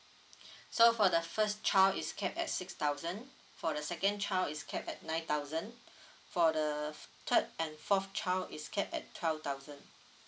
so for the first child is capped at six thousand for the second child is capped at nine thousand for the third and fourth child is capped at twelve thousand